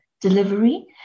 delivery